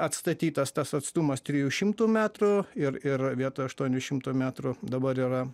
atstatytas tas atstumas trijų šimtų metrų ir ir vietoj aštuonių šimtų metrų dabar yra